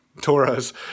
Tora's